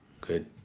Good